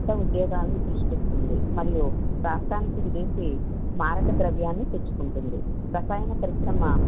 కొత్త ఉద్యోగాలను సృష్టిస్తుంది మరియు రాష్ట్రానికి విదేశీ మారకద్రవ్యాన్ని తెచ్చుకుంటుంది రసాయన పరిశ్రమ